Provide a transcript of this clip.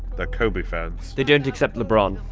they're kobe fans. they don't accept lebron.